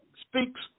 speaks